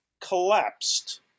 collapsed